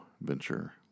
venture